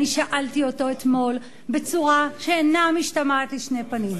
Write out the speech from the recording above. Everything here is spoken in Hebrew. שאלתי אותו אתמול בצורה שאינה משתמעת לשני פנים,